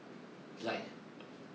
like